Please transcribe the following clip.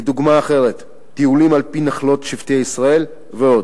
דוגמה אחרת: טיולים על-פי נחלות שבטי ישראל ועוד.